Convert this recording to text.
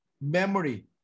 memory